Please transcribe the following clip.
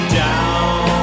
down